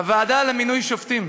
הוועדה למינוי שופטים